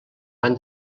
van